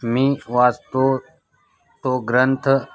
मी वाचतो तो ग्रंथ